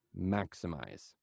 maximize